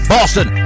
Boston